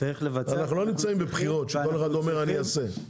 אנחנו לא נמצאים בבחירות שכל אחד אומר אני אעשה.